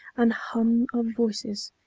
and hum of voices,